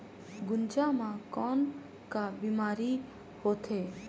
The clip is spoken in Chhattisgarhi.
गुनजा मा कौन का बीमारी होथे?